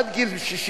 עד גיל 67,